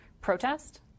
protest